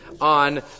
on